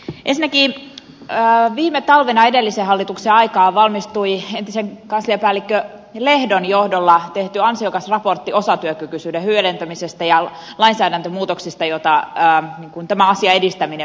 ensinnäkin viime talvena edellisen hallituksen aikaan valmistui entisen kansliapäällikkö lehdon johdolla tehty ansiokas raportti osatyökykyisyyden hyödyntämisestä ja niistä lainsäädäntömuutoksista joita tämän asian edistäminen vaatisi